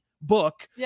book